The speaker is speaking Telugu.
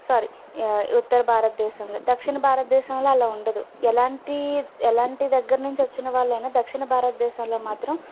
సారీ ఈ ఉత్తర భారతదేశంలో దక్షిణ భారతదేశంలో అలా ఉండదు ఎలాంటి ఎలాంటి దగ్గర నుంచి వచ్చిన వాళ్ళు అయిన దక్షిణ భారతదేశంలో మాత్రం